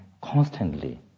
Constantly